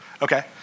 Okay